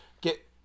get